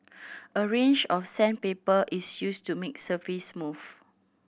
a range of sandpaper is used to make the surface smooth